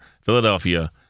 Philadelphia